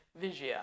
Vigia